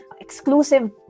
exclusive